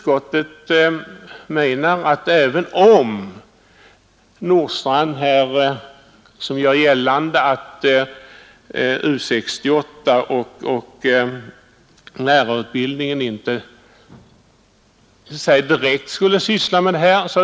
Herr Nordstrandh gör gällande att U 68 och lärarutbildningskommittén inte direkt skulle syssla med detta.